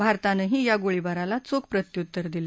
भारतानंही या गोळीबाराला चोख प्रत्युत्तर दिलं